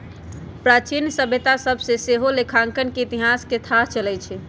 प्राचीन सभ्यता सभ से सेहो लेखांकन के इतिहास के थाह चलइ छइ